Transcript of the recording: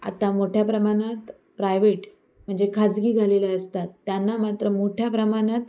आता मोठ्या प्रमाणात प्रायवेट म्हणजे खाजगी झालेल्या असतात त्यांना मात्र मोठ्या प्रमाणात